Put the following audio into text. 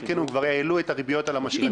הם כבר העלו את הריביות על המשכנתאות.